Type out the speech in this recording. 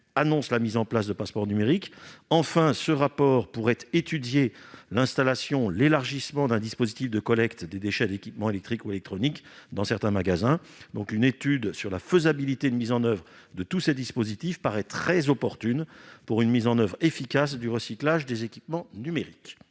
annonce la mise en place de passeports numériques. Enfin, ce rapport pourrait étudier l'installation ou l'élargissement d'un dispositif de collecte des déchets d'équipements électriques ou électroniques dans certains magasins. Une étude sur la faisabilité de mise en oeuvre de tous ces dispositifs paraît très opportune pour un recyclage efficace des équipements numériques.